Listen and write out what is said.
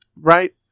Right